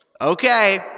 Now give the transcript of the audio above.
Okay